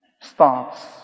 starts